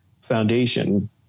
foundation